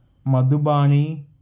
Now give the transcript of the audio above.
Madhubani